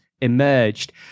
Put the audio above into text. emerged